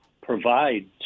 provide